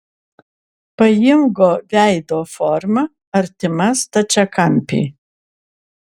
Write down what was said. pailgo veido forma artima stačiakampiui